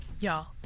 Y'all